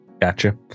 Gotcha